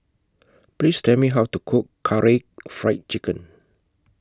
Please Tell Me How to Cook Karaage Fried Chicken